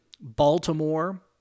Baltimore